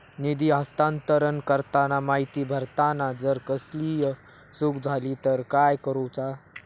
निधी हस्तांतरण करताना माहिती भरताना जर कसलीय चूक जाली तर काय करूचा?